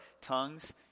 tongues